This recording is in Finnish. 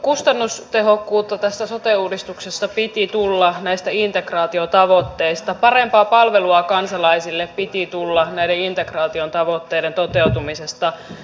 kustannustehokkuutta tässä sote uudistuksessa piti tulla näistä integraatiotavoitteista parempaa palvelua kansalaisille piti tulla näiden integraation tavoitteiden toteutumisesta